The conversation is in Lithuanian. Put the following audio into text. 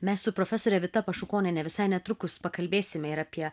mes su profesore vita pašukoniene visai netrukus pakalbėsime ir apie